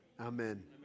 Amen